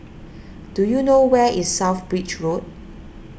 do you know where is South Bridge Road